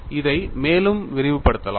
இதை மேலும் விரிவுபடுத்தலாம்